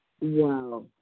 Wow